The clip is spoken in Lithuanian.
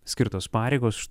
skirtos pareigos